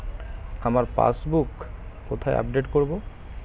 আমার পাসবুক কোথায় আপডেট করব?